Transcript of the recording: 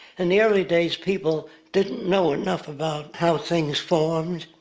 in the early days people didn't know enough about how things formed,